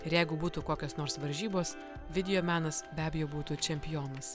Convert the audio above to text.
ir jeigu būtų kokios nors varžybos videomenas be abejo būtų čempionas